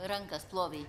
rankas plovei